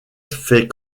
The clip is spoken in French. fait